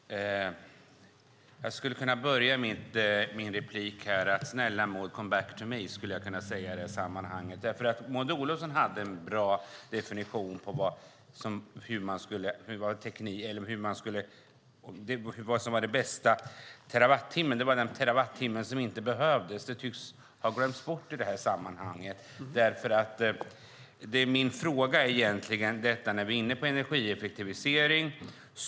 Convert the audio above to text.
Fru talman! Jag skulle kunna börja min replik med att säga: Snälla Maud, come back to me. Maud Olofsson hade nämligen en bra definition på vilken som var den bästa terawattimmen. Det var den terawattimme som inte behövdes. Det tycks ha glömts bort i detta sammanhang. Jag har en kommentar nu när vi är inne på energieffektivisering.